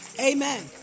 Amen